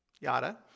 yada